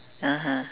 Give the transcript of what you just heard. (uh huh)